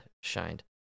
Shined